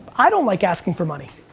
i don't like asking for money.